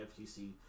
FTC